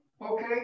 Okay